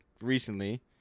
recently